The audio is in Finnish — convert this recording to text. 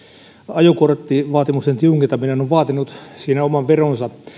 ajokorttivaatimusten tiukentaminen on vaatinut siinä oman veronsa